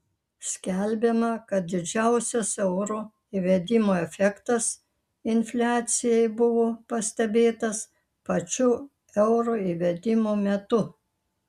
skelbiama kad didžiausias euro įvedimo efektas infliacijai buvo pastebėtas pačiu euro įvedimo metu